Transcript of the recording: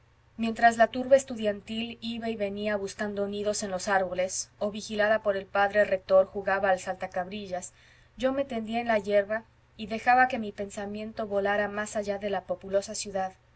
mientras la turba estudiantil iba y venía buscando nidos en los árboles o vigilada por el padre rector jugaba al salta cabrillas yo me tendía en la hierba y dejaba que mi pensamiento volara más allá de la populosa ciudad